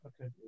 Okay